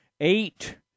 eight